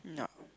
yeah